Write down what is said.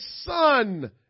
son